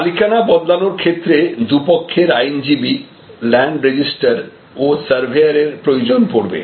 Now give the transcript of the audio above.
মালিকানা বদলানোর ক্ষেত্রে দুপক্ষের আইনজীবী ল্যান্ড রেজিস্টার ও সার্ভেয়ার প্রয়োজন পড়বে